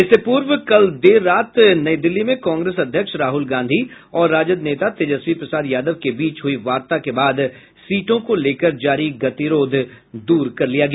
इससे पूर्व कल देर रात नई दिल्ली में कांग्रेस अध्यक्ष राहुल गांधी और राजद नेता तेजस्वी प्रसाद यादव के बीच हई वार्ता के बाद सीटों को लेकर जारी गतिरोध दूर कर लिया गया